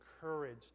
courage